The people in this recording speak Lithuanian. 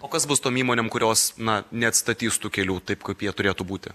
o kas bus tom įmonėm kurios na neatstatys tų kelių taip kaip jie turėtų būti